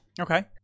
Okay